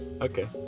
Okay